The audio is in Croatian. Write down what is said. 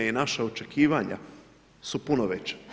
I naša očekivanja su puno veća.